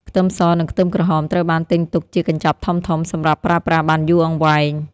ខ្ទឹមស និងខ្ទឹមក្រហមត្រូវបានទិញទុកជាកញ្ចប់ធំៗសម្រាប់ប្រើប្រាស់បានយូរអង្វែង។